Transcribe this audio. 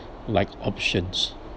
like options